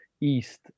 east